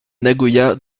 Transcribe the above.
nagoya